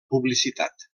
publicitat